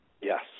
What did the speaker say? Yes